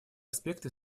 аспекты